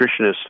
nutritionist